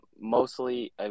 mostly